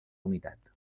unitat